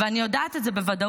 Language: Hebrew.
ואני יודעת את זה בוודאות,